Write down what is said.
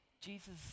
Jesus